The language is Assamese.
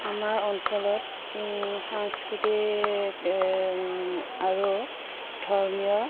আমাৰ অঞ্চলত সাংস্কৃতিক আৰু ধৰ্মীয়